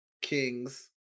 Kings